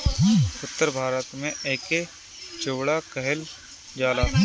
उत्तर भारत में एके चिवड़ा कहल जाला